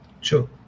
sure